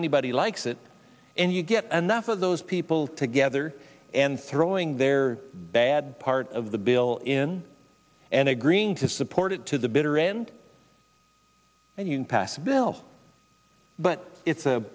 anybody likes it and you get another those people together and throwing their bad part of the bill in and agreeing to support it to the bitter end and you pass a bill but it's